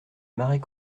marais